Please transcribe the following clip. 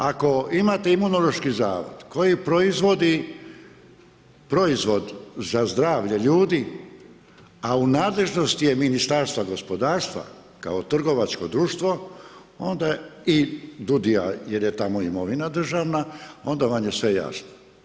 Ako imate Imunološki zavod koji proizvodi proizvod za zdravlje ljudi, a u nadležnosti je Ministarstva gospodarstva kao trgovačko društvo i DUUDI-ja jer je tamo imovina državna, onda vam je sve jasno.